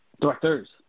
directors